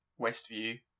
Westview